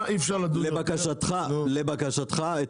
לבקשתך,